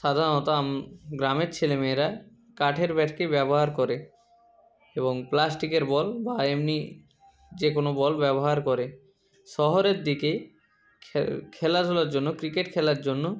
সাধারণত গ্রামের ছেলে মেয়েরা কাঠের ব্যাটকে ব্যবহার করে এবং প্লাস্টিকের বল বা এমনি যে কোনও বল ব্যবহার করে শহরের দিকে খেলাধূলার জন্য ক্রিকেট খেলার জন্য